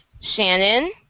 Shannon